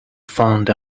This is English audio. found